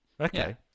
Okay